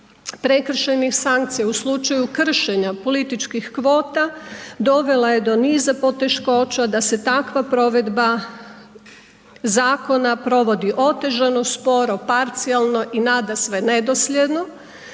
prekršajnih sankcija u slučaju kršenja političkih kvota, dovela je do niza poteškoća, da se takva provedba zakona provodi otežano, sporo, parcijalno i nadasve nedosljedno